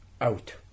out